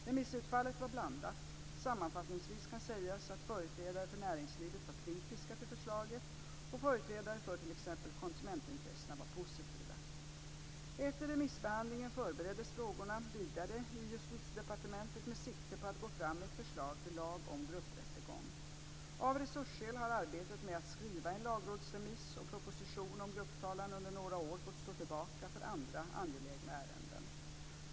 Remissutfallet var blandat. Sammanfattningsvis kan sägas att företrädare för näringslivet var kritiska till förslaget. Företrädare för t.ex. konsumentintressena var dock positiva. Efter remissbehandlingen bereddes frågorna vidare i Justitiedepartementet med sikte på att gå fram med ett förslag till lag om grupprättegång. Av resursskäl har arbetet med att skriva en lagrådsremiss och proposition om grupptalan under några år fått stå tillbaka för andra angelägna ärenden.